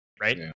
right